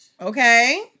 Okay